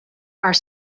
are